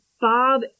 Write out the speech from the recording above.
Bob